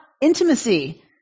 intimacy